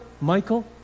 Michael